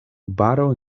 baro